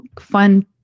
fun